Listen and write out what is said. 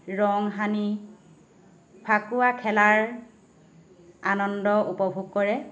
ৰং সানি ফাকুৱা খেলাৰ আনন্দ উপভোগ কৰে